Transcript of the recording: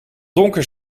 donker